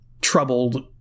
troubled